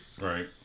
Right